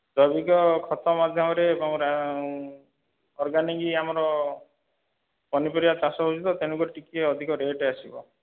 ଜୈବିକ ଖତ ମାଧ୍ୟମରେ ଅର୍ଗାନିକ୍ ଆମର ପନିପରିବା ଚାଷ ହେଉଛି ତ ତେଣୁ କରି ଟିକିଏ ଅଧିକ ରେଟ୍ ଆସିବ